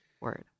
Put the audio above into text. word